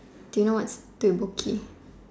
do you know what's